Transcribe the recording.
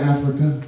Africa